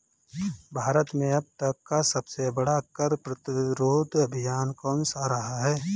भारत में अब तक का सबसे बड़ा कर प्रतिरोध अभियान कौनसा रहा है?